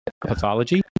pathology